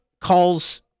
calls